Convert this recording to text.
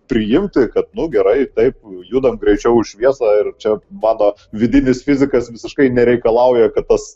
priimti kad nu gerai taip judam greičiau už šviesą ir čia mano vidinis fizikas visiškai nereikalauja kad tas